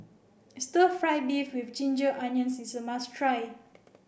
stir fry beef with ginger onions is a must try